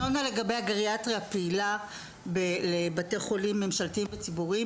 לגבי הארנונה של הגריאטריה הפעילה בבתי חולים ממשלתיים וציבוריים,